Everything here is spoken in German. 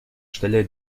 stelle